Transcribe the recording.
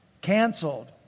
canceled